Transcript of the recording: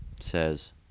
says